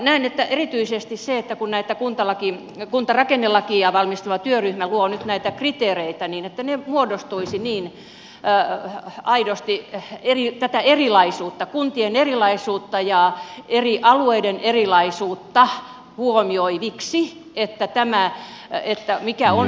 näen että erityisesti on tärkeää se kun kuntarakennelakia valmisteleva työryhmä luo nyt näitä kriteereitä niin että ne muodostuisivat niin aidosti tätä kuntien erilaisuutta ja eri alueiden erilaisuutta huomioiviksi että tämä mikä on sitten se optimikoko ja niin edelleen